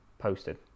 posted